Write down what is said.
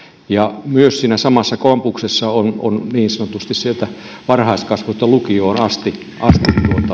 siinä samassa kampuksessa myös on niin sanotusti sieltä varhaiskasvatuksesta lukioon asti asti